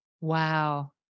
Wow